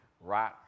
right